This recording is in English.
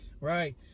Right